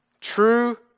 true